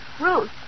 Ruth